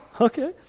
Okay